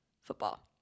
football